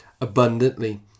abundantly